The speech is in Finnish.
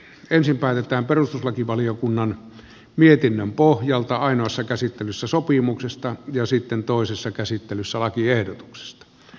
ensin päätetään perustuslakivaliokunnan mietinnön pohjalta ainoassa käsittelyssä sopimuksesta ja sitten toisessa käsittelyssä lakiehdotuksesta